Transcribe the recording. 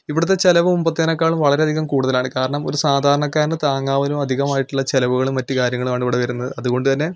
ഇവിടുത്തെ ചിലവ് മുമ്പത്തേതിനെക്കാളും വളരെയധികം കൂടുതലാണ് കാരണം ഒരു സാധാരണക്കാരന് താങ്ങാവുന്നതിലും അധികമായിട്ടുള്ള ചിലവുകളും മറ്റു കാര്യങ്ങളും ആണ് ഇവിടെ വരുന്നത് അതുകൊണ്ടു തന്നെ